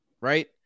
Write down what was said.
right